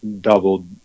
doubled